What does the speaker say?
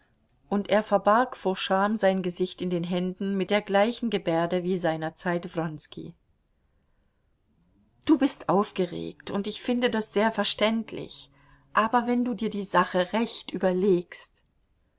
und er verbarg vor scham sein gesicht in den händen mit der gleichen gebärde wie seinerzeit wronski du bist aufgeregt und ich finde das sehr verständlich aber wenn du dir die sache recht überlegst